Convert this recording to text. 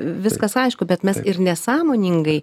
viskas aišku bet mes ir nesąmoningai